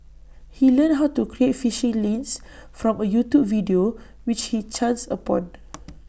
he learned how to create phishing links from A YouTube video which he chanced upon